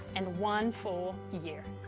and one full year.